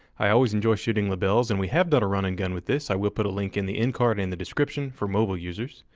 i always enjoy shooting lebels, and we have done a run and gun with this. i will put a link in the in card and the description for mobile users.